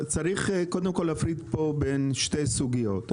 צריך קודם כל להפריד פה בין שתי סוגיות,